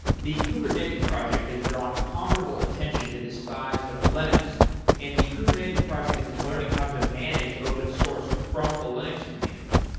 the kubernetes project has drawn comparable attention to the size of linux and the kubernetes project is learning how to manage open-source from the linux community.